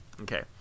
Okay